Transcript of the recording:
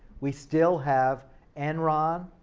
we still have enron,